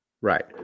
Right